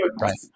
Right